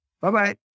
Bye-bye